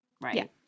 Right